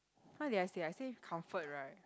what did I say I say comfort right